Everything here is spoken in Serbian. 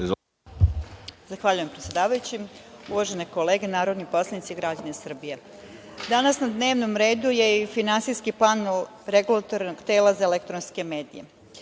Zahvaljujem predsedavajući. Uvažene kolege narodni poslanici, građani Srbije, danas na dnevnom redu je i finansijski plan Regulatornog tela za elektronske medije.